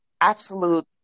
absolute